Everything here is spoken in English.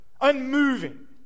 Unmoving